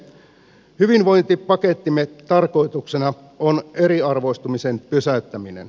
hyvinvointipakettimme tarkoituksena on eriarvoistumisen pysäyttäminen